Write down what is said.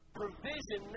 provision